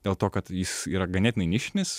dėl to kad jis yra ganėtinai nišinis